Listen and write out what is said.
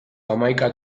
hamaika